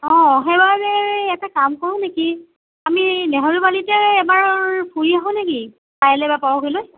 অঁ সেইবাবে এটা কাম কৰোঁ নেকি আমি নেহেৰুবালিতে এবাৰ ফুৰি আহোঁ নেকি কাইলৈ বা পৰহিলৈ